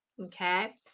Okay